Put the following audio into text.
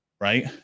Right